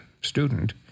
student